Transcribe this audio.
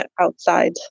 outside